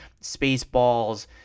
Spaceballs